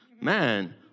Man